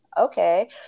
Okay